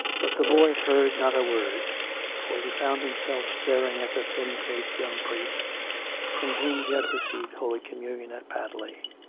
but the boy heard not a word for he found himself staring at the thin-faced young priest from whom he had received holy communion at padley.